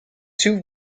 two